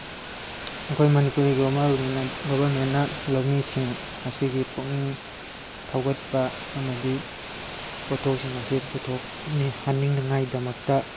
ꯑꯩꯈꯣꯏ ꯃꯅꯤꯄꯨꯔꯤꯒꯤ ꯒꯣꯕꯔꯃꯦꯟ ꯒꯣꯕꯔꯃꯦꯟꯅ ꯂꯧꯃꯤꯁꯤꯡ ꯑꯁꯤꯒꯤ ꯄꯨꯛꯅꯤꯡ ꯊꯧꯒꯠꯄ ꯑꯃꯗꯤ ꯄꯣꯠꯊꯣꯛꯁꯤꯡ ꯑꯁꯤ ꯄꯨꯊꯣꯛꯅꯤꯍꯟꯅꯤꯡꯉꯥꯏꯗꯃꯛꯇ